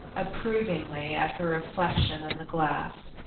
approvingly, at her reflection in the glass.